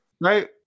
Right